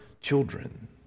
children